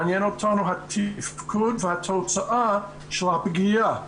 מעניין אותנו התפקוד והתוצאה של הפגיעה בלב.